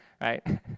Right